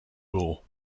rule